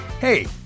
Hey